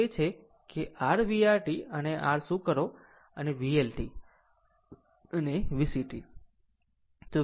આમ આગળ તે છે કે r VR t અને r શું કરો અને VL t અને VC t